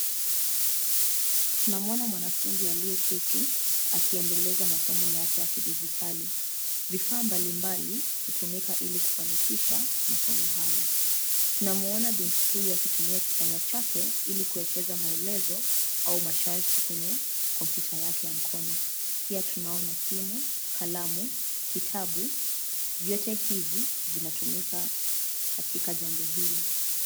Tunamwona mwanafunzi alieketi , akiendeleza masomo yake ya kidigitali . Vifaa mbali mbali hutumika ili kufanikisha masomo haya. Tunamwona binti huyu , akitumia kipanya chake ili kuekeza maelezo au masharti kwenye kompyuta yake ya mkono. Pia tunaona simu , kalamu, kitabu, vyote hivi vinatumika katika jambo hili.